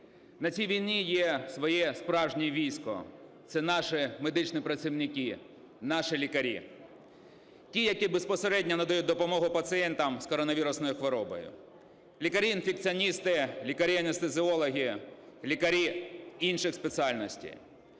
На цій війні є своє справжнє військо – це наші медичні працівники, наші лікарі. Ті, які безпосередньо надають допомогу пацієнтам з коронавірусною хворобою: лікарі-інфекціоністи, лікарі-анестезіологи, лікарі інших спеціальностей,